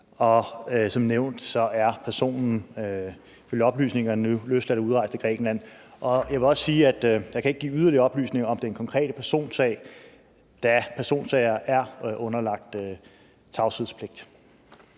som nævnt er personen ifølge oplysningerne nu løsladt og udrejst af Grækenland. Jeg vil også sige, at jeg ikke kan give yderligere oplysninger om den konkrete personsag, da personsager er underlagt tavshedspligt.